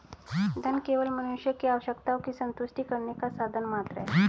धन केवल मनुष्य की आवश्यकताओं की संतुष्टि करने का साधन मात्र है